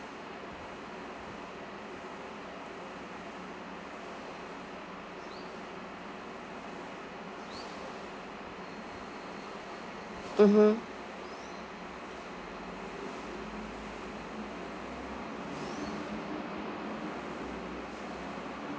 mmhmm